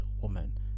Woman